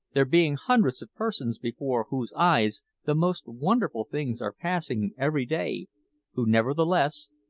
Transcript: there being hundreds of persons before whose eyes the most wonderful things are passing every day who nevertheless,